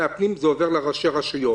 ומהפנים זה עובר לראשי הרשויות.